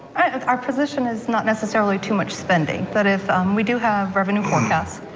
our position it's not necessarily too much spending, but if we do have revenue forecasts.